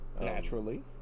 Naturally